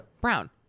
brown